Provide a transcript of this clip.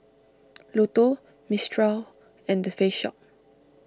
Lotto Mistral and the Face Shop